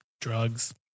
drugs